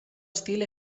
estil